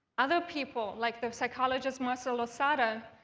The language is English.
other people, like the psychologist marcial losada,